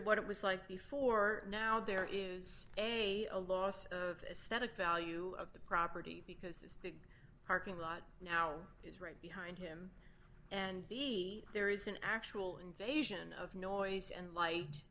to what it was like before now there is a loss of a static value of the property because parking lot now is right behind him and he there is an actual invasion of noise and light